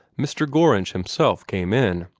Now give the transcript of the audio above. mr. gorringe himself came in.